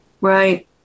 right